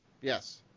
Yes